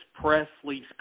Presley's